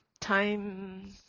time